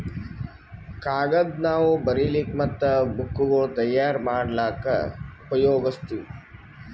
ಕಾಗದ್ ನಾವ್ ಬರಿಲಿಕ್ ಮತ್ತ್ ಬುಕ್ಗೋಳ್ ತಯಾರ್ ಮಾಡ್ಲಾಕ್ಕ್ ಉಪಯೋಗಸ್ತೀವ್